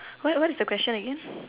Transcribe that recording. what what is the question again